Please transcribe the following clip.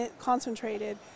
concentrated